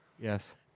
Yes